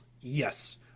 Yes